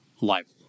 liable